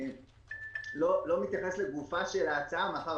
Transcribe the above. אני לא מתייחס לגופה של ההצעה מאחר